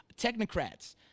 technocrats